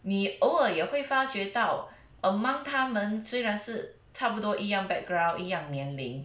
你偶尔也会发觉到 among 他们虽然是差不多一样 background 一样年龄